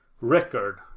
record